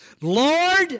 Lord